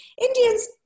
Indians